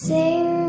Sing